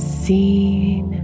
seen